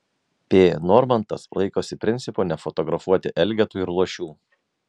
p normantas laikosi principo nefotografuoti elgetų ir luošių